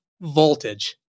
voltage